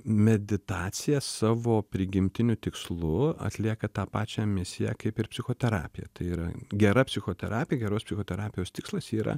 meditacija savo prigimtiniu tikslu atlieka tą pačią misiją kaip ir psichoterapija tai yra gera psichoterapija geros psichoterapijos tikslas yra